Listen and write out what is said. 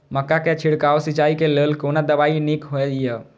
मक्का के छिड़काव सिंचाई के लेल कोन दवाई नीक होय इय?